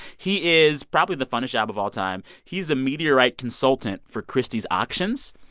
he is probably the funnest job of all time. he's a meteorite consultant for christie's auctions